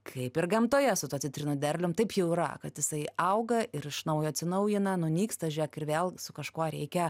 kaip ir gamtoje su tuo citrinų derlium taip jau yra kad jisai auga ir iš naujo atsinaujina nunyksta žiūrėk ir vėl su kažkuo reikia